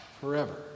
forever